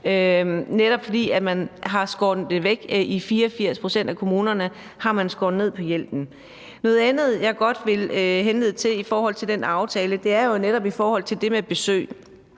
netop fordi det er blevet skåret væk. I 84 pct. af kommunerne har man skåret ned på hjælpen. Noget andet, jeg godt vil henvise til i forhold til den aftale, er jo netop det med besøg